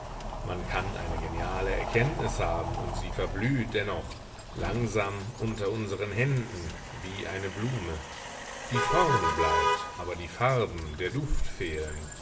man kann eine geniale erkenntnis haben und sie verblüht dennoch langsam unter unseren händen wie eine blume die form bleibt aber die farben der